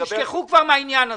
תשכחו כבר מהעניין הזה,